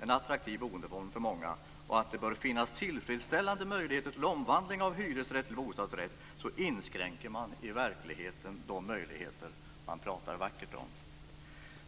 en attraktiv boendeform för många och att det bör finnas tillfredsställande möjligheter till omvandling av hyresrätt till bostadsrätt inskränker man i verkligheten de möjligheter man pratar vackert om.